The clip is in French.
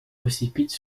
précipite